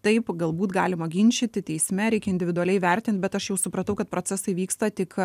taip galbūt galima ginčyti teisme reik individualiai vertin bet aš jau supratau kad procesai vyksta tik